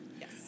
Yes